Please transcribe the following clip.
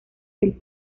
del